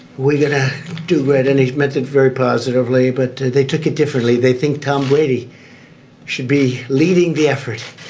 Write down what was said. we did do it. and he meant it very positively, but they took it differently. they think tom brady should be leading the effort.